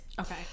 Okay